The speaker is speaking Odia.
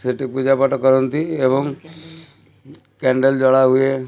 ସେଇଠି ପୂଜା ପାଠ କରନ୍ତି ଏବଂ କ୍ୟାଣ୍ଡେଲ୍ ଜଳା ହୁଏ